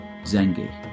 Zengi